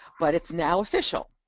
but its now official.